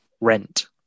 rent